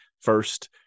first